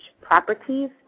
properties